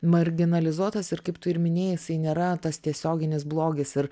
marginalizuotas ir kaip tu ir minėjai jisai nėra tas tiesioginis blogis ir